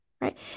right